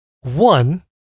One